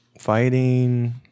fighting